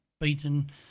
beaten